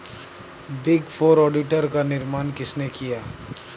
Big four auditor का निर्माण किसने किया?